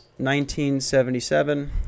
1977